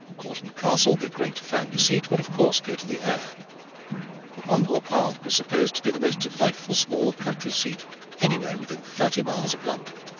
courton castle, the great family seat, would of course go to the heir but ongar park was supposed to be the most delightful small country-seat anywhere within thirty miles of london.